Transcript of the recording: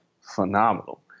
phenomenal